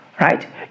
right